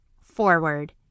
forward